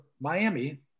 miami